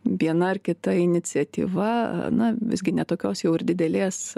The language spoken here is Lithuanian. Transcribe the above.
viena ar kita iniciatyva na visgi ne tokios jau ir didelės